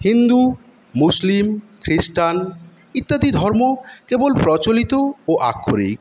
Hindu Muslim খ্রিষ্টান ইত্যাদি ধর্ম কেবল প্রচলিত ও আক্ষরিক